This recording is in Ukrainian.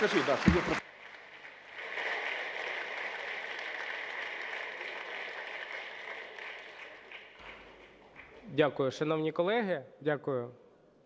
Дякую, шановні колеги.